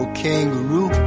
kangaroo